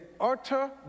utter